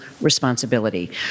responsibility